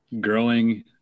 growing